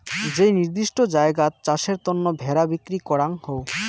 যেই নির্দিষ্ট জায়গাত চাষের তন্ন ভেড়া বিক্রি করাঙ হউ